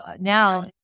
Now